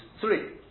three